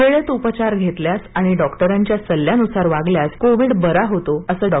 वेळेत उपचार घेतल्यास आणि डॉक्टरांच्या सल्ल्यानुसार वागल्यास कोविड बरा होतो असं डॉ